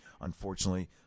Unfortunately